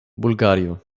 bulgario